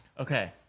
Okay